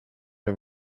are